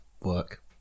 work